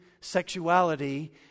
sexuality